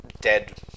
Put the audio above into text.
dead